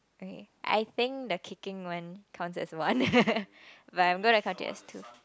okay I think the kicking one counts as one but I am gonna count it as two